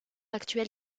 actuel